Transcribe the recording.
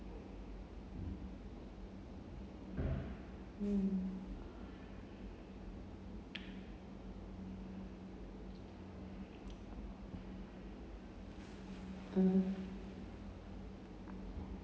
mm mm